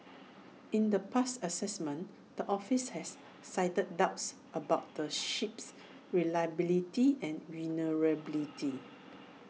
in the past assessments the office has cited doubts about the ship's reliability and vulnerability